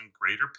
greater